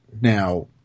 now